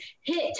Hit